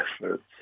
efforts